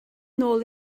nôl